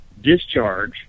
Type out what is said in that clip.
discharge